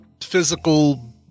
physical